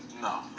no